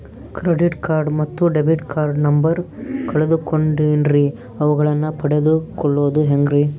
Credit card ಮತ್ತು debit card number ಕಳೆದುಕೊಂಡಿನ್ರಿ ಅವುಗಳನ್ನ ಪಡೆದು ಕೊಳ್ಳೋದು ಹೇಗ್ರಿ?